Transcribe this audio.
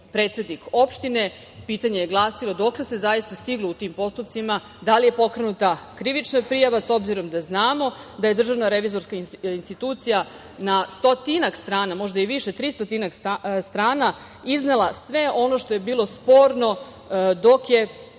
predsednik opštine. Pitanje je glasilo – dokle se zaista stiglo u tim postupcima, da li je pokrenuta krivična prijava, s obzirom da znamo da je DRI na stotinak strana, možda i više, 300-ak strana, iznela sve ono što je bilo sporno dok je